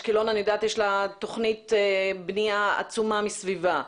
אני יודעת שלאשקלון יש תוכנית בנייה עצומה מסביבה.